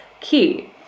key